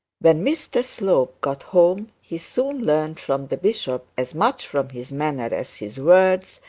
when mr slope got home he soon learnt from the bishop, as much from his manner as his words,